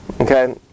Okay